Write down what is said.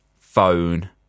phone